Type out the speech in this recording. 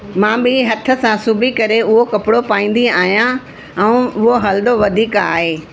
मां बि हथ सां सिबी करे उहो कपिड़ो पाईंदी आहियां ऐं उहो हलंदो वधीक आहे